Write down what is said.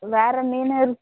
வேறு மீன்